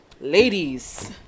ladies